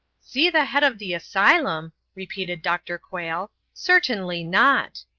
see the head of the asylum, repeated dr. quayle. certainly not.